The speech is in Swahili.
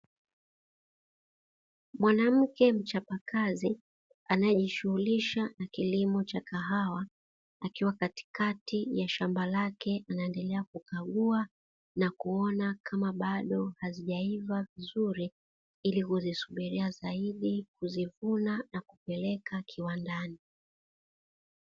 Mwanamke mchapakazi anayejishugulisha na kilimo cha kahawa, akiwa katikati ya shamba lake anaendelea kukagua na kuona kama bado hazijaiva vizuri, ili kuzisubiria zaidi kuzivuna na kupeleka kiwandani.